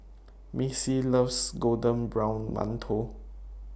Missy loves Golden Brown mantou